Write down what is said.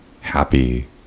happy